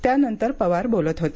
त्यानंतर पवार बोलत होते